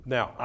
Now